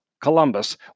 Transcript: Columbus